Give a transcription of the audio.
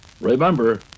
Remember